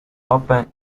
open